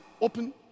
open